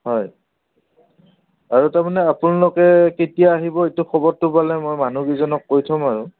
হয় আৰু তাৰমানে আপোনালোকে কেতিয়া আহিব এইটো খবৰটো পালে মই মানুহকেইজনক কৈ থ'ম আৰু